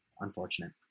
Unfortunate